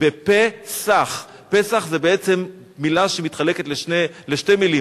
בפֶה סָח, "פסח" זה בעצם מלה שמתחלקת לשתי מלים: